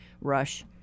rush